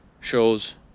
shows